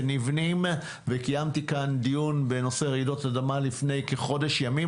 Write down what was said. שנבנים וקיימתי כאן דיון בנושא רעידות אדמה לפני כחודש ימים,